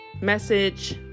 message